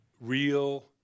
real